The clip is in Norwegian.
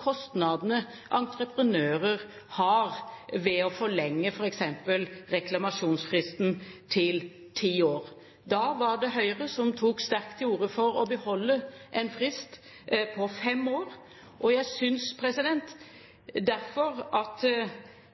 kostnadene entreprenører har ved f.eks. å forlenge reklamasjonsfristen til ti år. Da var det Høyre som tok sterkt til orde for å beholde en frist på fem år. Jeg synes derfor at